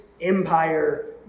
empire